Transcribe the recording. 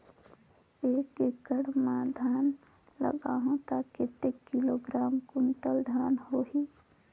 एक एकड़ मां धान लगाहु ता कतेक किलोग्राम कुंटल धान होही?